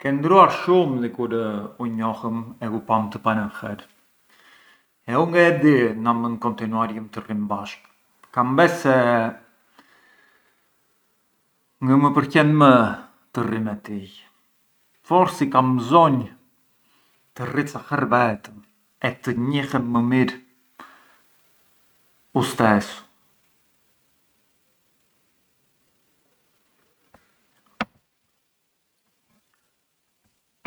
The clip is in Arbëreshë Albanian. Ke ndërruar shumë di kur ju njohëm e u ngë di më na mënd rrim bashkë, kam bes se, ngë më përqen më të rri me tij, forsi kam mbzonjë të rri ca her vetëm e të njihem më mirë u stesu.